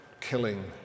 Killing